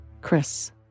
Chris